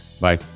Bye